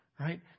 Right